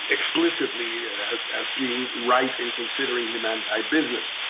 explicitly and as as being right in considering him anti-business.